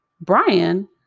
Brian